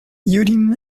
urim